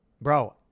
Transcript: bro